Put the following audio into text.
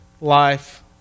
life